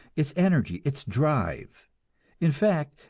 its energy, its drive in fact,